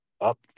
up